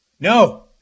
No